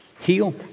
heal